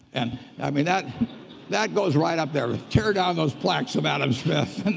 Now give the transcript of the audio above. and i mean that that goes right up there. tear down those plaques of adam smith.